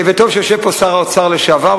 וטוב שיושב פה שר האוצר לשעבר,